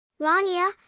Rania